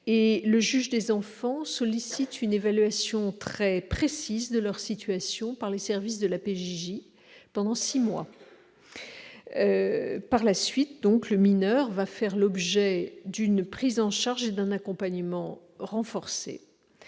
Le juge des enfants sollicite une évaluation très précise de leur situation par les services de la protection judiciaire de la jeunesse pendant six mois. Par la suite, le mineur va faire l'objet d'une prise en charge et d'un accompagnement renforcés,